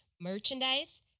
merchandise